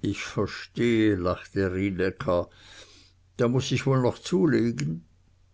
ich verstehe lachte rienäcker da muß ich wohl noch zulegen